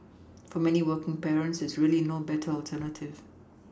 for many working parents there's really no better alternative